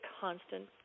constant